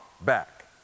back